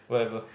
whatever